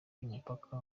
y’umupaka